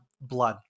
blood